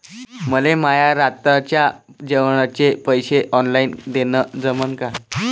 मले माये रातच्या जेवाचे पैसे ऑनलाईन देणं जमन का?